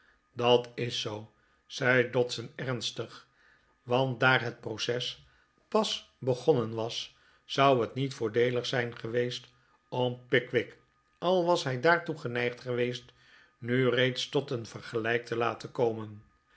dat is zoo zei dodson ernstig want daar het proces pas begonnen was zou het niet voordeelig zijn geweest om pickwick al was hij daartoe geneigd geweest nu reeds tot een vergelijk te laten komen